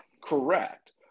correct